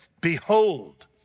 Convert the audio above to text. Behold